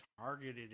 targeted